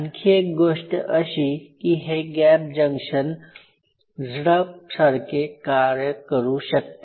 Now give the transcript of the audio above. आणखी एक गोष्ट अशी आहे की हे गॅप जंक्शन झडप सारखे कार्य करू शकते